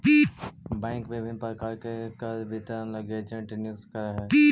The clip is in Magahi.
बैंक विभिन्न प्रकार के कर वितरण लगी एजेंट नियुक्त करऽ हइ